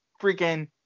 freaking